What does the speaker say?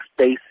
space